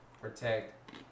protect